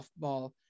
softball